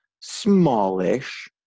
smallish